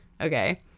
okay